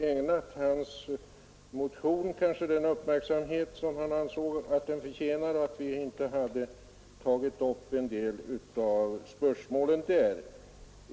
Fru talman! Herr Möller i Gävle anser tydligen att utskottet inte ägnat hans motion den uppmärksamhet som han menade att den förtjänar.